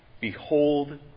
Behold